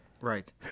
right